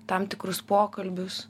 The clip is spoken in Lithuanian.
tam tikrus pokalbius